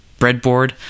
breadboard